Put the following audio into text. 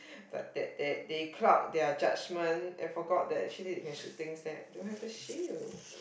but that they they cloud their judgement and forgot that they actually can shoot things then don't have the shield